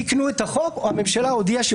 תיקנו את החוק או הממשלה הודיעה שהיא